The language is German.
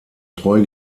treu